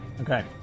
Okay